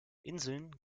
inseln